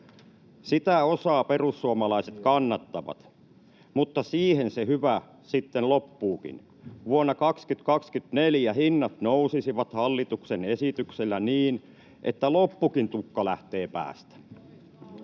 Sitä osaa perussuomalaiset kannattavat, mutta siihen se hyvä sitten loppuukin. Vuonna 2024 hinnat nousisivat hallituksen esityksellä niin, että loppukin tukka lähtee päästä.